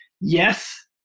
yes